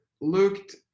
looked